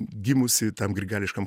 gimusi tam grigališkam